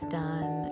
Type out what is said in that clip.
done